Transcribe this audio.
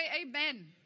amen